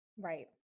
Right